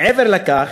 מעבר לכך,